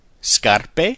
Scarpe